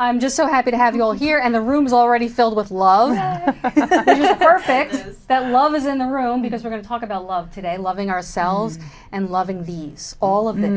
i'm just so happy to have you all here and the room is already filled with love that love is in the room because we're going to talk about love today loving ourselves and loving these all of the